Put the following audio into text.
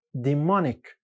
demonic